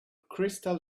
crystal